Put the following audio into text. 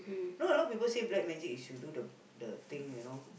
not a lot people say black magic is you do the the thing you know